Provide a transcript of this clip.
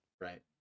Right